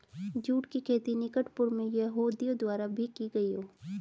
जुट की खेती निकट पूर्व में यहूदियों द्वारा भी की गई हो